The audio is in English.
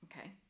Okay